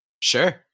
Sure